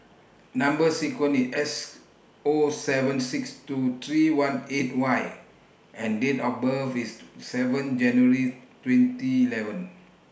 Number sequence IS S O seven six two three one eight Y and Date of birth IS seven January twenty eleven